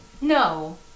No